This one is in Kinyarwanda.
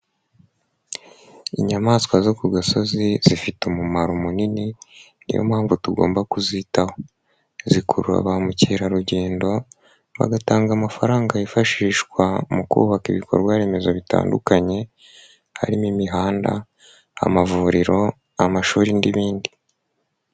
Inyamaswa zo kugasozi zifite umumaro munini niyo mpamvu tugomba kuzitaho, zikurura ba mukerarujyendo bagatanga amafaranga yifashishwa mukubaka ibikorwa remezo bitandukanye harimo imihanda, amavuriro, amashuri nibindi.